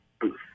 booth